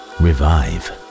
revive